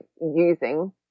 using